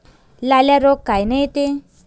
लाल्या रोग कायनं येते?